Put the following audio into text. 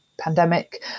pandemic